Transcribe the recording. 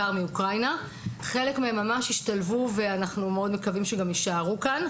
חלק מהם ממש השתלבו ואנחנו מקווים שיישארו כאן,